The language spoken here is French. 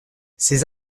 ces